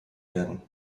werden